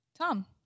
Tom